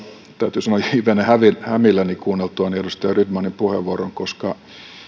täytyy sanoa hivenen hämilläni hämilläni kuunneltuani edustaja rydmanin puheenvuoron koska